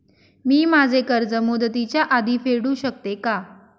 मी माझे कर्ज मुदतीच्या आधी फेडू शकते का?